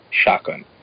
shotgun